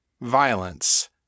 Violence